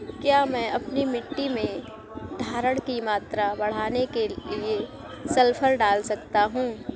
क्या मैं अपनी मिट्टी में धारण की मात्रा बढ़ाने के लिए सल्फर डाल सकता हूँ?